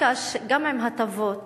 גם עם הטבות